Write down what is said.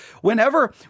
whenever